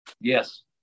Yes